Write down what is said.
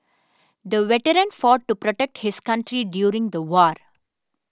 the veteran fought to protect his country during the war